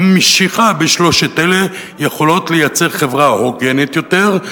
המשיכה בשלושת אלה יכולה לייצר חברה הוגנת יותר,